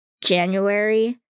January